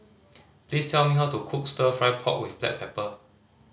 please tell me how to cook Stir Fry pork with black pepper